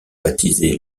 baptisé